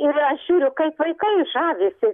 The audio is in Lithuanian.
ir aš žiūriu kaip vaikai žavisi